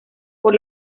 por